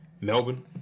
Melbourne